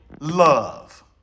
love